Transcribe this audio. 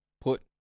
put